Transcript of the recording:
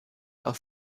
auf